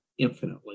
Infinitely